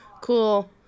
Cool